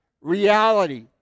reality